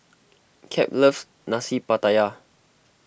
Cap loves Nasi Pattaya